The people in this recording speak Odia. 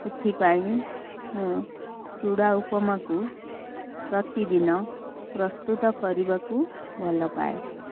ଏଥିପାଇଁ ମୁଁ ଚୁଡ଼ା ଉପମାକୁ ପ୍ରତିଦିନ ପ୍ରସ୍ତୁତ କରିବାକୁ ଭଲପାଏ